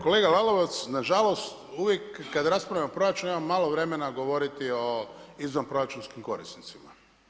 Kolega Lalovac, na žalost uvijek kada raspravljamo o proračunu imamo malo vremena govoriti o izvanproračunskim korisnicima.